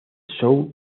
show